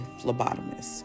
phlebotomist